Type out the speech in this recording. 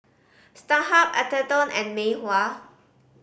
Starhub Atherton and Mei Hua